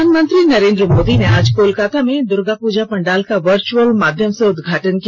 प्रधानमंत्री नरेन्द्र मोदी ने आज कोलकाता में दुर्गा पूजा पंडाल का वर्चुअल माध्यम से उद्घाटन किया